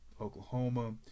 Oklahoma